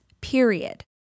period